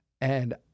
and-